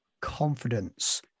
confidence